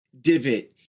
divot